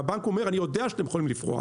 והבנק אומר אני יודע שאתם יכולים לפרוע.